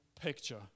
picture